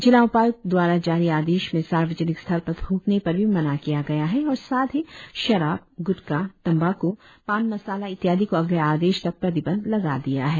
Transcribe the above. जिला उपाय्क्त दवारा जारी आदेश में सार्वजनिक स्थल पर थ्रकने पर भी मना किया गया है और साथ हि शराब ग्टका तंबाक् पान मसला इत्यादि को अगले आदेश तक प्रतिबंध लगा दिया है